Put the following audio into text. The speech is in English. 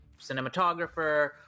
cinematographer